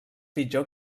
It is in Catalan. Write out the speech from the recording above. pitjor